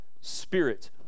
Spirit